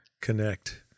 connect